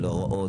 אלא הוראות,